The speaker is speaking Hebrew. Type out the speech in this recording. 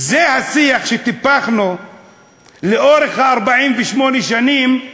זה השיח שטיפחנו לאורך 48 השנים.